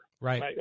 Right